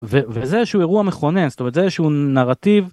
וזה שהוא אירוע מכונן זאת אומרת זה שהוא נרטיב.